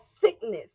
sickness